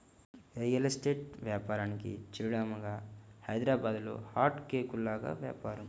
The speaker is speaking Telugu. రియల్ ఎస్టేట్ వ్యాపారానికి చిరునామాగా హైదరాబాద్లో హాట్ కేకుల్లాగా వ్యాపారం